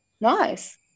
Nice